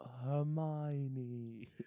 Hermione